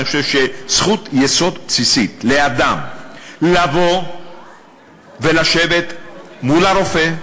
אני חושב שזכות יסוד בסיסית של אדם היא לבוא ולשבת מול הרופא,